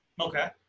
Okay